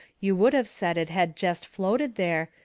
you would of said it had jest floated there,